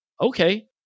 Okay